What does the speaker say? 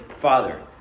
father